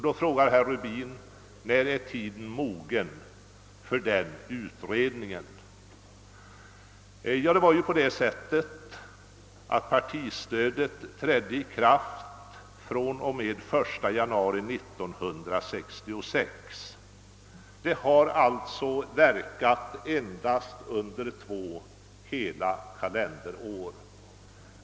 Nu frågar herr Rubin: När är tiden mogen för den utredningen? Jag vill svara att partistödet ju trädde i kraft från och med 1 januari 1966 och alltså har verkat endast under två hela kalenderår.